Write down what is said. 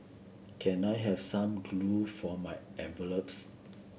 can I have some glue for my envelopes